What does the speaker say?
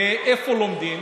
ואיפה לומדים?